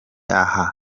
aha